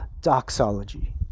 doxology